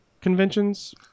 conventions